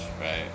right